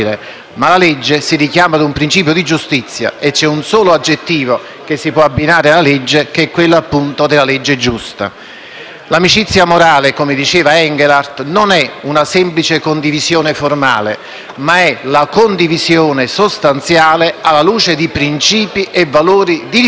che si può abbinare alla legge, che è quello, appunto, della legge giusta. L'amicizia morale, come diceva Engelhardt, non è una semplice condivisione formale ma è la condivisione sostanziale alla luce di principi e valori di riferimento che si condividono. Questa è l'amicizia morale.